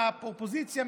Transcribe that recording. האופוזיציה,